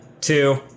two